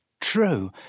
true